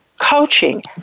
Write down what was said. coaching